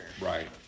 right